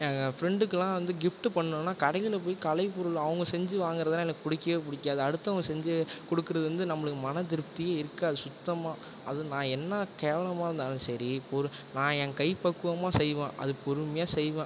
எங்கள் ஃப்ரெண்டுக்குலாம் வந்து கிப்ஃட்டு பண்ணனுன்னா கடையில் போய் கலைப்பொருள் அவங்க செஞ்சு வாங்கறதுலாம் எனக்கு பிடிக்கவே பிடிக்காது அடுத்தவங்க செஞ்சு கொடுக்குறது வந்து நம்மளுக்கு மனத்திருப்தியே இருக்காது சுத்தமாக அது நான் என்ன கேவலமாக இருந்தாலும் சரி இப்போ ஒரு நான் ஏன் கைப்பக்குவமாக செய்வேன் அது பொறுமையாக செய்வேன்